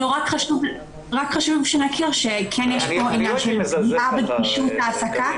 חשוב שנכיר שיש כאן עניין של פגיעה בגמישות העסקה.